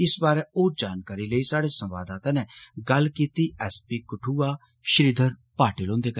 इस बारै होर जानकारी लेई साढ़े संवाददाता नै गल्ल कीती एस पी कठुआ श्रीघर पाटिल कन्नै